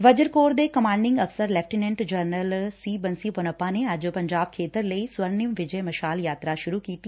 ਵਜਰ corps ਦੇ commanding ਅਫ਼ਸਰ lieutenant general C Bansi Ponappa ਨੇ ਅੱਜ ਪੰਜਾਬ ਖੇਤਰ ਲਈ ਸਵੁਨਿਮ ਵਿਜੈ ਮਸ਼ਾਲ ਯਾਤਰਾ ਸੁਰੁ ਕੀਤੀ